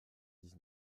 dix